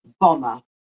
bomber